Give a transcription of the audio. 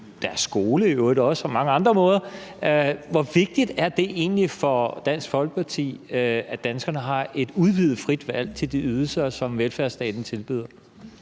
deres skole i øvrigt også, og meget andet, hvor vigtigt er det så egentlig for Dansk Folkeparti, at danskerne har et udvidet frit valg til de ydelser, som velfærdsstaten tilbyder?